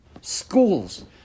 Schools